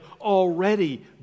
already